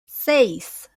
seis